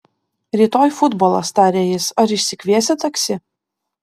rytoj futbolas tarė jis ar išsikviesi taksi